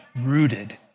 rooted